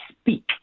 speak